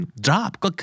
drop